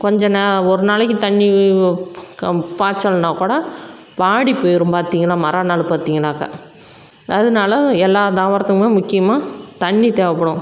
கொஞ்சம் ஒரு நாளைக்கு தண்ணி பாய்ச்சலனா கூட வாடி போய்ரும் பார்த்திங்கன்னா மறு நாள் பார்த்திங்கனாக்கா அதனால எல்லா தாவரத்துக்கும் முக்கியமாக தண்ணி தேவைப்படும்